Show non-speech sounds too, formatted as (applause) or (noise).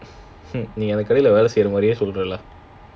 (laughs) எனக்கு வேல செய்ற மாதிரியே சொல்லு எல்லாம்:enakku vela seira maadhiriyae sollu ellaam